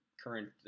Current